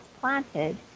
planted